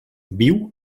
viu